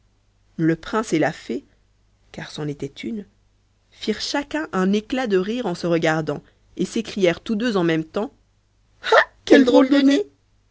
le prince et la fée car c'en était une firent chacun un éclat de rire en se regardant et s'écrièrent tous deux en même temps ah quel drôle de nez